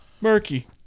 murky